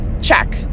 Check